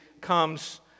comes